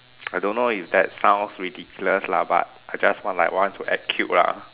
I don't know if that sounds ridiculous lah but I just want like want to act cute lah